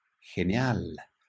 genial